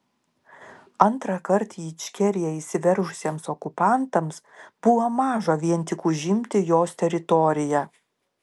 antrąkart į ičkeriją įsiveržusiems okupantams buvo maža vien tik užimti jos teritoriją